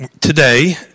today